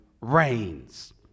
reigns